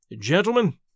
Gentlemen